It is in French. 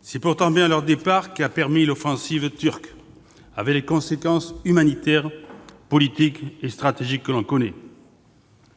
C'est bien leur départ qui a permis l'offensive turque, avec les conséquences humanitaires, politiques et stratégiques que l'on connaît.